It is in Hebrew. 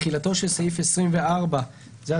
תחילתו של סעיף 24 ביום כ' בטבת התשפ"ד (1 בינואר 2024)." סעיף